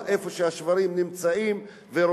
האם כולם צריכים להיות חלק מאותה מאסה, ללא